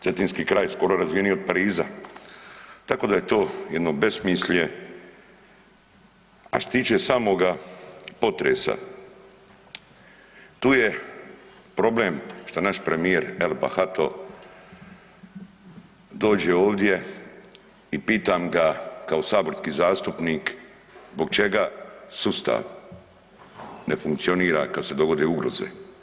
Cetinski kraj skoro razvijeniji od Pariza, tako da je to jedno besmislje a što se tiče samoga potresa tu je problem šta naš premijer El bahato dođe ovdje i pitam ga kao saborski zastupnik zbog čega sustav ne funkcionira kada se dogode ugroze.